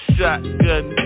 Shotgun